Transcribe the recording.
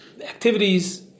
activities